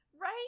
Right